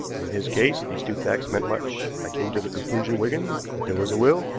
in his case these two facts meant much. i came to the conclusion, wigan, that there was a will.